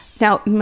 Now